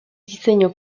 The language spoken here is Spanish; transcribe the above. diseño